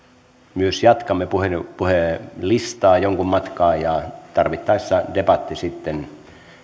myös jatkamme puhujalistaa jonkun matkaa ja tarvittaessa debatti sitten